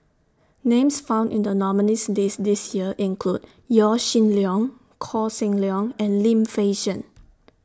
Names found in The nominees' list This Year include Yaw Shin Leong Koh Seng Leong and Lim Fei Shen